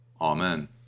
Amen